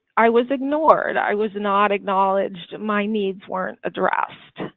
i was ignored. i was not acknowledged my needs weren't addressed.